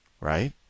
right